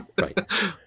Right